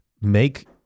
make